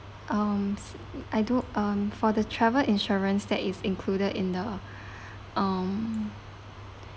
um I do um for the travel insurance that is included in the um